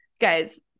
guys